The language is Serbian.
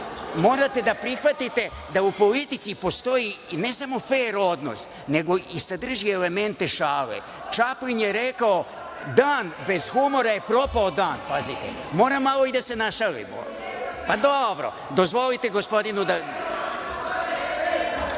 morate da prihvatite da u politici postoji ne samo fer odnos nego i sadrži elemente šale. Čaplin je rekao – dan bez humora je propao dan, pazite. Moramo malo i da se našalimo, pa dobro, dozvolite gospodinu da